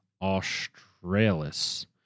australis